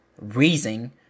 reason